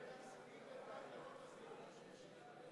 קלדרון תשימו,